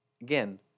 Again